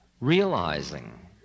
realizing